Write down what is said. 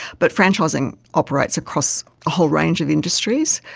but franchising operates across a whole range of industries.